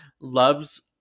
loves